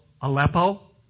Aleppo